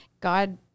god